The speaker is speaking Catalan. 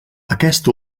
aquest